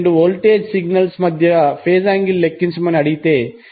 అనే రెండు voltage signals మధ్య ఫేజ్ యాంగిల్ లెక్కించమని అడిగితే